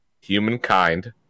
Humankind